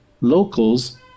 locals